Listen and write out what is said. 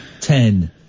ten